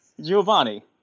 Giovanni